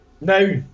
now